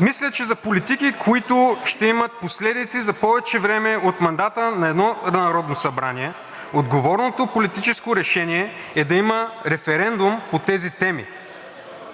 Мисля, че за политики, които ще имат последици за повече време от мандата на едно Народно събрание, отговорното политическо решение е да има референдум по тези теми.